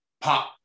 pop